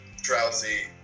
drowsy